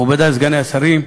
מכובדי סגני השרים,